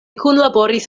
kunlaboris